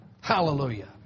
Hallelujah